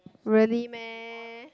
really meh